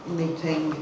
meeting